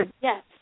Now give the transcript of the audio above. Yes